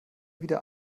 wieder